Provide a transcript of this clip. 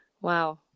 Wow